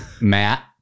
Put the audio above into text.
Matt